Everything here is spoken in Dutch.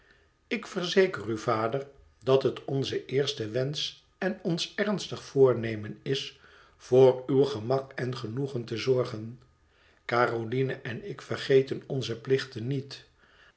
ik verzeker u vader dat het onze eerste wensch en ons ernstig voornemen is voor uw gemak en genoegen te zorgen caroline en ik vergeten onzen plicht niet